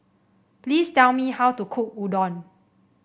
please tell me how to cook Udon